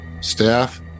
staff